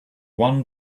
one